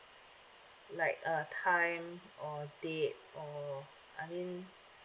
like uh time or date or I mean